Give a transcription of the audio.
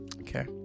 okay